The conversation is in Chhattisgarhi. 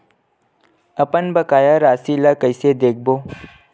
अपन बकाया राशि ला कइसे देखबो?